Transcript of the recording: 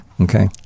Okay